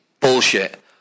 bullshit